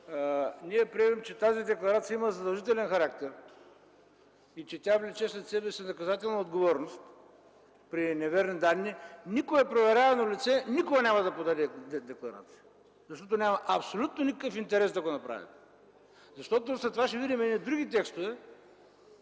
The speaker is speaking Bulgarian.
ние приемем, че тази декларация има задължителен характер и влече след себе си наказателна отговорност при неверни данни, никое проверявано лице никога няма да подаде декларация, защото няма абсолютно никакъв интерес да го направи. Защото след това ще видим едни други текстове,